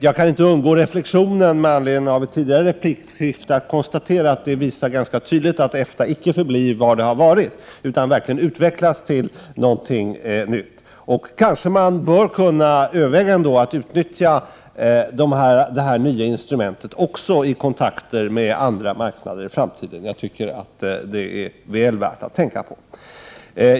Jag kan med anledning av tidigare replikskifte inte undgå reflexionen att det av denna redovisning tydligt framgår att EFTA inte kommer att förbli vad det har varit, utan att det verkligen utvecklas till någonting nytt. Man kanske ändå bör kunna överväga att utnyttja det här nya instrumentet också i kontakter med andra marknader i framtiden. Jag tycker att detta är väl värt att tänka på.